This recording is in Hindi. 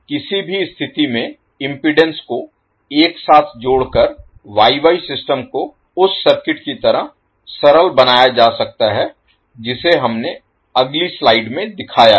किसी भी स्थिति में इम्पीडेन्स को एक साथ जोड़कर वाई वाई सिस्टम को उस सर्किट की तरह सरल बनाया जा सकता है जिसे हमने अगली स्लाइड में दिखाया है